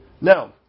Now